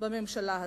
בממשלה הזאת.